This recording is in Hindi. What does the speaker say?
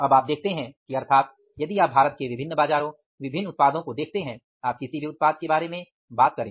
अब आप देखते हैं कि अर्थात यदि आप भारत के विभिन्न बाजारों विभिन्न उत्पादों को देखते हैं आप किसी भी उत्पाद के बारे में बात करें